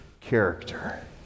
character